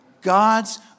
God's